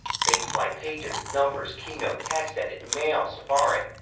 things like pages, numbers, keynote, textedit, mail, safari.